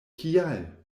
kial